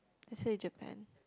I say Japan